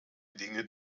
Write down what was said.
dinge